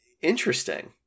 interesting